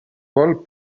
vol